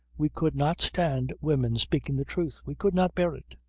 we could not stand women speaking the truth. we could not bear it.